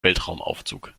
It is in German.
weltraumaufzug